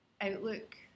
outlook